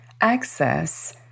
access